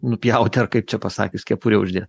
nupjauti ar kaip čia pasakius kepurę uždėt